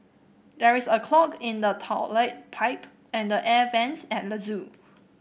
there is a clog in the toilet pipe and the air vents at the zoo